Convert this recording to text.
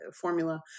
formula